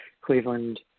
Cleveland